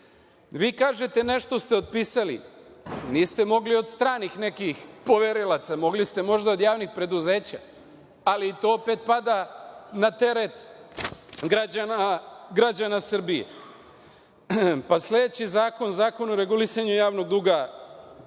Vi kažete da ste nešto otpisali. Niste mogli od stranih nekih poverilaca, mogli ste možda od javnih preduzeća, ali i to opet pada na teret građana Srbije. Sledeći zakon, Zakon o regulisanju javnog duga